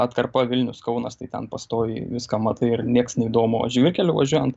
atkarpa vilnius kaunas tai ten pastoviai viską matai ir nieks neįdomu o žvyrkeliu važiuojant